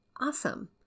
awesome